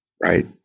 Right